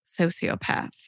sociopath